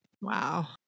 Wow